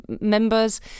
members